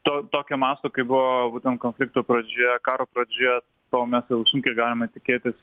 to tokio masto kaip buvo būtent konflikto pradžioje karo pradžia tuomet jau sunkiai galima tikėtis